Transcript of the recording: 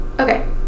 okay